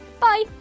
Bye